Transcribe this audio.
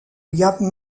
liam